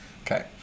Okay